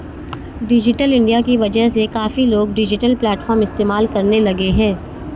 digital India की वजह से काफी लोग डिजिटल प्लेटफ़ॉर्म इस्तेमाल करने लगे हैं